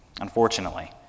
unfortunately